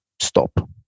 stop